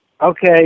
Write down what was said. Okay